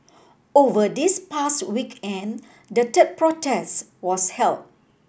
over this past weekend the third protest was held